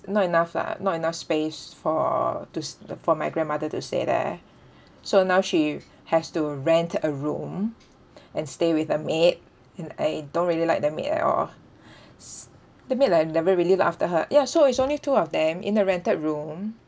not enough lah not enough space for to s~ for my grandmother to stay there so now she has to rent a room and stay with a maid and I don't really like the maid at all s~ the maid like never really look after her ya so it's only two of them in a rented room